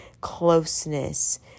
closeness